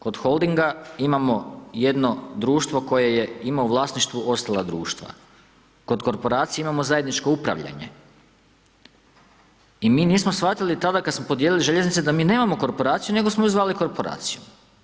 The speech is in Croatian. Kod holdinga imamo jedno društvo koje je imao u vlasništvu ostala društva, kod korporacije imamo zajedničko upravljanje i mi nismo shvatili tada kada smo podijelili željeznice da mi nemamo korporaciju nego ju zvali korporacijom.